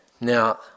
Now